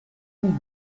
higgs